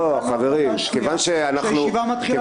אבל מכיוון שהתקבלה החלטה שהישיבה מתחילה